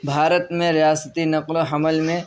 بھارت میں ریاستی نقل و حمل میں